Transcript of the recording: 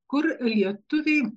kur lietuviai